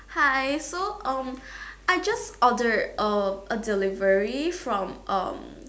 hi so um I just ordered uh a delivery from um